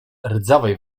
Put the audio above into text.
rdzawej